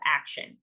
action